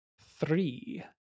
three